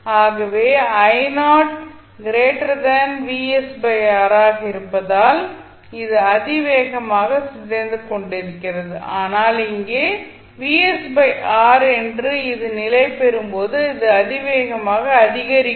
ஆகவே ஆக இருப்பதால் அது அதிவேகமாக சிதைந்து கொண்டிருக்கிறது ஆனால் இங்கே என்று இது நிலைபெறும்போது இது அதிவேகமாக அதிகரிக்கும்